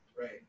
Right